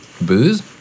Booze